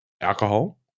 alcohol